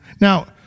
Now